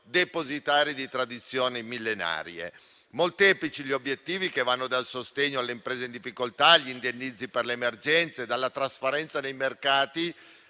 depositari di tradizioni millenarie. Molteplici gli obiettivi, che vanno dal sostegno alle imprese in difficoltà agli indennizzi per le emergenze, dalla trasparenza nei mercati